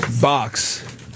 box